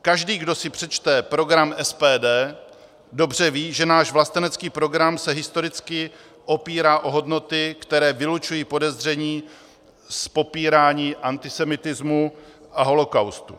Každý, kdo si přečte program SPD, dobře ví, že náš vlastenecký program se historicky opírá o hodnoty, které vylučují podezření z popírání antisemitismu a holokaustu.